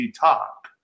Top